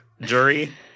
jury